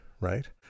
right